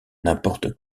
n’importe